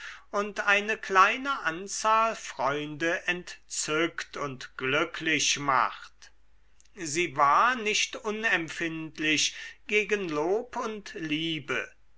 und eine kleine anzahl freunde entzückt und glücklich macht sie war nicht unempfindlich gegen lob und liebe